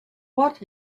what